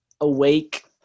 awake